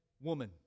woman